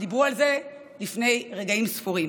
ודיברו על זה לפני רגעים ספורים.